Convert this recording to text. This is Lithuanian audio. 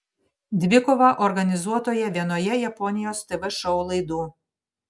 dvikovą organizuotoje vienoje japonijos tv šou laidų